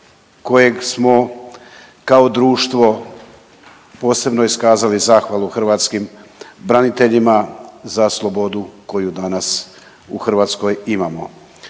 kojeg smo kao društvo posebno iskazali zahvalu hrvatskim braniteljima za slobodu koju danas u Hrvatskoj imamo.